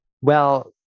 Well-